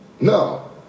No